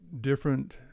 different